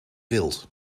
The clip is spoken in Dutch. wild